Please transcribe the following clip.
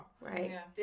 Right